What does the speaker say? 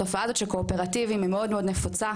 התופעה הזאת של קואופרטיבים היא מאוד מאוד נפוצה,